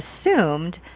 assumed